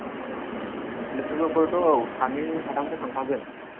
लोगोफोरथ' औ सानै साथामसो थांफागोन